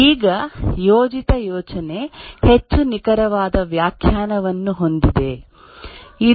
ಈಗ ಯೋಜಿತ ಯೋಜನೆ ಹೆಚ್ಚು ನಿಖರವಾದ ವ್ಯಾಖ್ಯಾನವನ್ನು ಹೊಂದಿದೇ